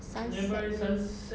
sunset